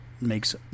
makes